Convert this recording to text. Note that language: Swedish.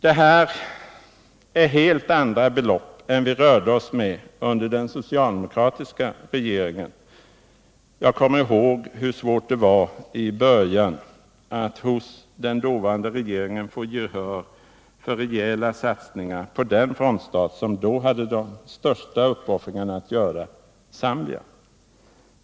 Detta är helt andra belopp än de vi rörde oss med under den socialdemokratiska regeringen. Jag kommer ihåg hur svårt det var i början att hos den dåvarande regeringen få gehör för rejäla satsningar på den frontstat som då fick göra de största uppoffringarna, nämligen Zambia.